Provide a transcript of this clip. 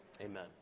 Amen